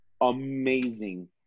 amazing